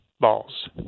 balls